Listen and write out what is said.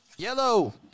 Yellow